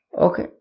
Okay